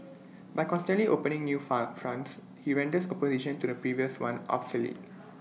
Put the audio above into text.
by constantly opening new fun fronts he renders opposition to the previous one obsolete